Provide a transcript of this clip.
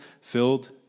filled